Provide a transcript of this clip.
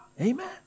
Amen